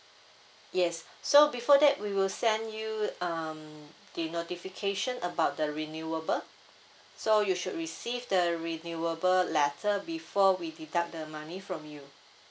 yes so before that we will send you um the notification about the renewable so you should receive the renewable letter before we deduct the money from you